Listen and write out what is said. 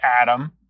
Adam